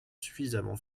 suffisamment